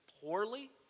poorly